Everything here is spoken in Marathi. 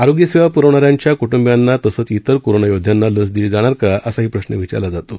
आरोग्य सेवा प्रवणाऱ्यांच्या कुटुंबियांनातसंच इतर कोरोनायोध्यांना लस दिली जाणार का असाही प्रश्नविचारला जातो